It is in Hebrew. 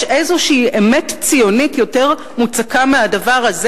יש איזושהי אמת ציונית יותר מוצקה מהדבר הזה?